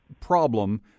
problem